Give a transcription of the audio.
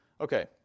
Okay